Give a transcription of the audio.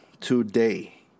today